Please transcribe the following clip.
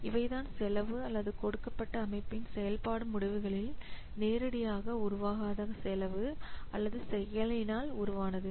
இவை தான் செலவு அல்லது கொடுக்கப்பட்ட அமைப்பின் செயல்பாடு முடிவுகளில் நேரடியாக உருவாகாத செலவு அல்லது செயலினால் உருவானது